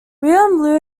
william